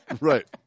Right